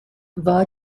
war